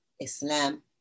Islam